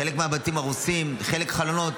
חלק מהבתים הרוסים, אצל חלק החלונות.